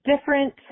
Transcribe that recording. different